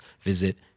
visit